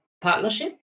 partnership